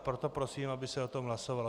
Proto prosím, aby se o tom hlasovalo.